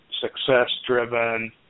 success-driven